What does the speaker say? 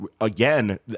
again